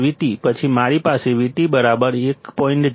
પછી મારી પાસે VT 1